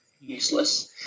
useless